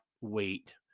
wait